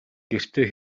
гэртээ